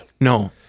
No